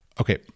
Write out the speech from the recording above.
Okay